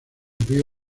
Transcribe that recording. abrió